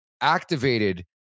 activated